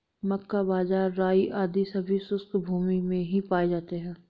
मक्का, बाजरा, राई आदि सभी शुष्क भूमी में ही पाए जाते हैं